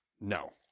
no